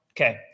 Okay